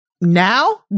now